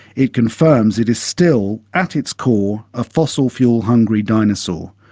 it confirms it is still at its core a fossil-fuel-hungry dinosaur.